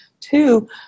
Two